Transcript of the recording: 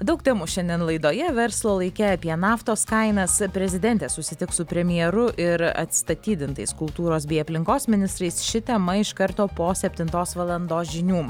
daug temų šiandien laidoje verslo laike apie naftos kainas prezidentė susitiks su premjeru ir atstatydintais kultūros bei aplinkos ministrais ši tema iš karto po septintos valandos žinių